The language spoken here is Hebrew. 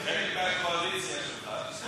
זה חלק מהקואליציה שלך.